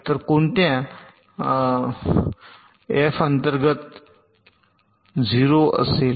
तर कोणत्या f अंतर्गत 0 F असेल